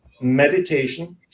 meditation